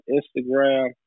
Instagram